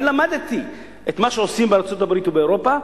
אני למדתי את מה שעושים בארצות-הברית ובאירופה,